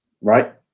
Right